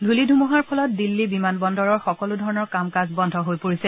ধুলি ধুমুহাৰ ফলত দিল্লী বিমান বন্দৰৰ সকলোধৰণৰ কাম কাজ বন্ধ হৈ পৰিছে